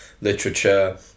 literature